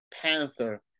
Panther